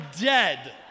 dead